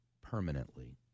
permanently